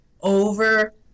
over